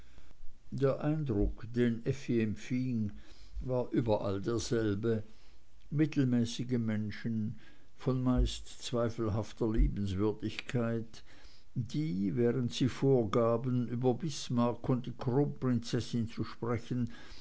der eindruck den effi empfing war überall derselbe mittelmäßige menschen von meist zweifelhafter liebenswürdigkeit die während sie vorgaben über bismarck und die kronprinzessin zu sprechen